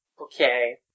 Okay